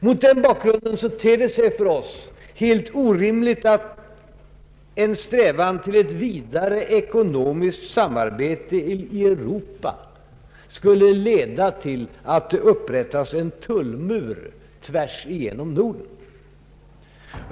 Mot den bakgrunden ter det sig för oss helt orimligt att en strävan till ett vidare ekonomiskt samarbete i Europa skulle leda till att det upprättas en tullmur tvärs igenom Norden.